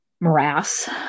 morass